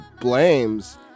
blames